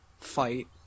fight